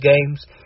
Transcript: games